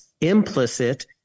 Implicit